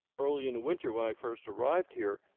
early in the winter, when i first arrived here,